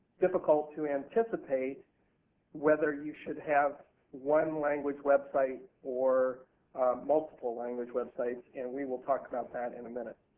difficult to anticipate whether you should have one language website or multiple-language websites. and we will talk about that in a minute.